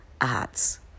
arts